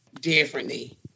differently